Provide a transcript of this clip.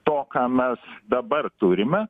to ką mes dabar turime